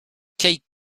key